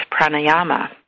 Pranayama